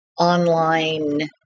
online